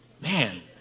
Man